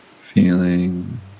Feeling